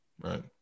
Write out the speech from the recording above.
Right